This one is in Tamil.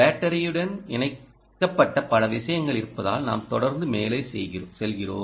பேட்டரியுடன் இணைக்கப்பட்ட பல விஷயங்கள் இருப்பதால் நாம் தொடர்ந்து மேலே செல்கிறோம்